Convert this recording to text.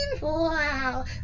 Wow